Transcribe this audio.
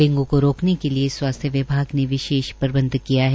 डेंग् को रोकने के लिये स्वास्थ्य विभाग ने विशेष प्रबंध किया है